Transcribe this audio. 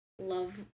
love